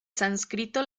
sánscrito